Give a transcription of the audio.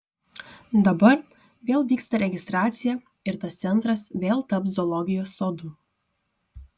dabar vėl vyksta registracija ir tas centras vėl taps zoologijos sodu